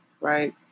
right